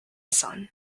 son